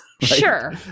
Sure